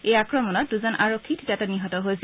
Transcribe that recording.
এই আক্ৰমণত দুজন আৰক্ষী থিতাতে নিহতৈ হৈছিল